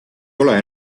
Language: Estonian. ole